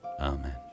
amen